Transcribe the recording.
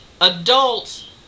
adults